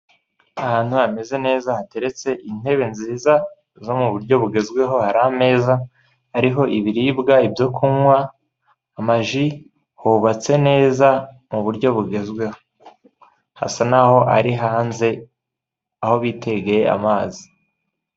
Ahantu hameze neza hateretse intebe nziza zo mu buryo bugezweho, hari ameza hariho ibiribwa, ibyo kunywa, amaji, hubatse neza mu buryo bugezweho. Hasa n'aho ari hanze aho bitegeye amazi.